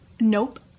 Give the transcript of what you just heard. Nope